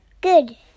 Good